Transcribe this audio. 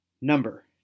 number